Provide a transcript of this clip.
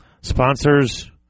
sponsors